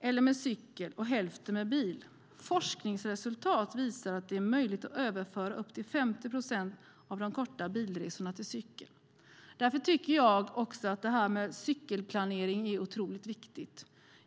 eller med cykel och hälften med bil. Forskningsresultat visar att det är möjligt att överföra upp till 50 procent av de korta bilresorna till cykel. Därför tycker jag att det här med cykelplanering är otroligt viktigt.